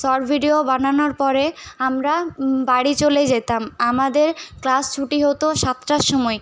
shot video বানানোর পরে আমরা বাড়ি চলে যেতাম আমাদের ক্লাস ছুটি হতো সাতটার সময়